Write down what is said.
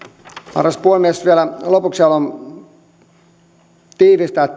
arvoisa puhemies vielä lopuksi haluan tiivistää